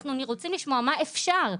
אנחנו רוצים לשמוע מה אפשר.